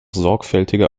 sorgfältiger